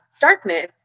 darkness